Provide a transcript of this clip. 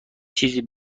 چیزی